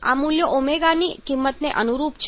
આ મૂલ્યો ω ની કિંમતને અનુરૂપ છે